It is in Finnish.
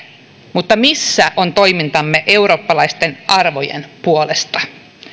mutta missä on toimintamme eurooppalaisten arvojen puolesta